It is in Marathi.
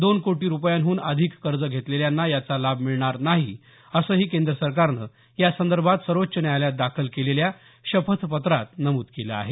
दोन कोटी रुपयांहून अधिक कर्ज घेतलेल्यांना याचा लाभ मिळणार नाही असंही केंद्र सरकारनं या संदर्भात सर्वोच्च न्यायालयात दाखल केलेल्या शपथपत्रात नमूद केल आहे